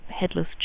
headless